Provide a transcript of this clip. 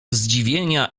zdziwienia